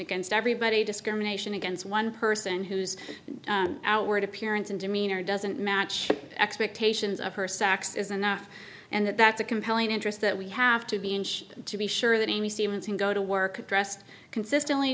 against everybody discrimination against one person whose outward appearance and demeanor doesn't match expectations of her sex is enough and that that's a compelling interest that we have to be and to be sure that amy stevens can go to work addressed consistently